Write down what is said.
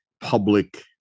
public